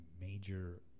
Major